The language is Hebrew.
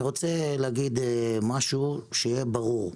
אני רוצה להגיד משהו שיהיה ברור.